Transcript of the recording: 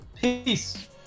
Peace